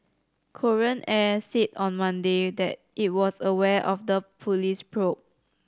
Korean Air said on Monday that it was aware of the police probe